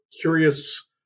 curious